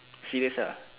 serious uh